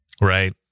Right